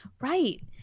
Right